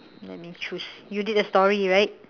let me choose you did a story right